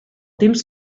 temps